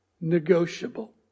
negotiable